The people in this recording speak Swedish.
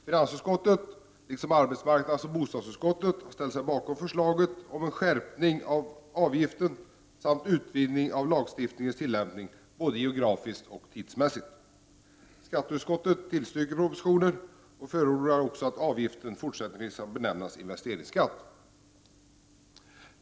Finansutskottet liksom arbetsmarknadsutskottet och bostadsutskottet har ställt sig bakom förslaget om en skärpning av avgiften samt utvidgning av lagstiftningens tillämpning både geografiskt och tidsmässigt. Skatteutskottet tillstyrker propositionen och förordar också att avgiften skall benämnas investeringsskatt.